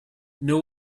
know